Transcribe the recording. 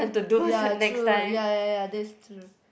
ya true ya ya ya that's true